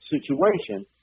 situation